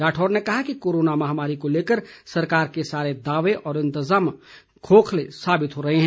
राठौर ने कहा है कि कोरनो माहमारी को लेकर सरकार के सारे दावे और इंतजाम खोखले साबित हो रहे हैं